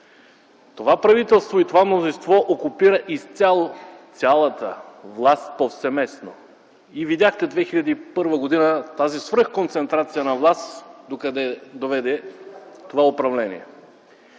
Това правителство и това мнозинство окупира изцяло цялата власт повсеместно. Видяхте през 2001 г. тази свръхконцентрация на власт докъде доведе това управление.